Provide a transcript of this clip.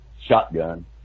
shotgun